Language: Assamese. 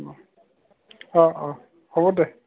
অঁ অঁ হ'ব দে